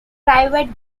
private